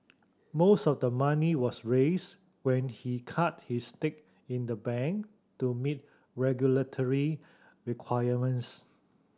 most of the money was raised when he cut his stake in the bank to meet regulatory requirements